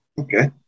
Okay